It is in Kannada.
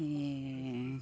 ಈ